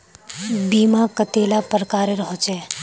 बीमा कतेला प्रकारेर होचे?